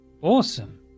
Awesome